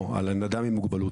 לא, על נדל"ן עם מוגבלות.